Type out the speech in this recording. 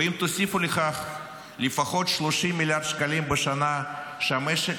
ואם תוסיפו לכך לפחות 30 מיליארד בשנה שהמשק